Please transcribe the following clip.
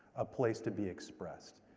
a place to be expressed.